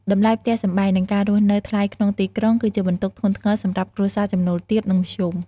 តម្លៃផ្ទះសម្បែង និងការរស់នៅថ្លៃក្នុងទីក្រុង គឺជាបន្ទុកធ្ងន់ធ្ងរសម្រាប់គ្រួសារចំណូលទាប និងមធ្យម។